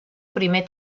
primer